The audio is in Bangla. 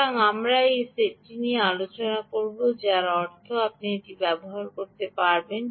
সুতরাং আমরা এই সেটটি নিয়ে আলোচনা করব যার অর্থ আপনি এটি ব্যবহার করতে পারবেন